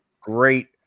great